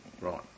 Right